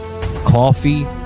coffee